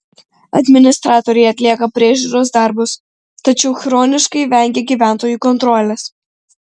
administratoriai atlieka priežiūros darbus tačiau chroniškai vengia gyventojų kontrolės